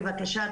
בבקשה,